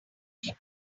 have